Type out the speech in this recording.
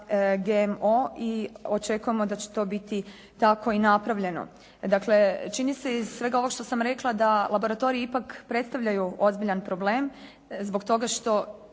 i očekujemo da će to biti tako i napravljeno. Dakle čini se iz svega ovog što sam rekla da laboratoriji ipak predstavljaju ozbiljan problem zbog toga što